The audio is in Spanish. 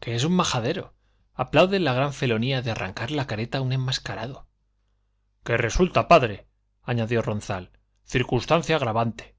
que es un majadero aplaude la gran felonía de arrancar la careta a un enmascarado que resulta padre añadió ronzal circunstancia agravante